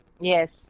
Yes